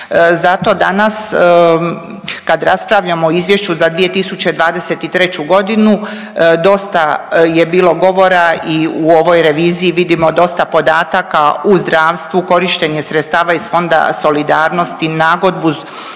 Zato danas kad raspravljamo o izvješću za 2023.g. dosta je bilo govora i u ovoj reviziji vidimo dosta podataka u zdravstvu, korištenje sredstava iz Fonda solidarnosti, nagodbu